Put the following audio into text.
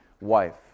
wife